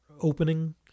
opening